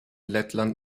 lettland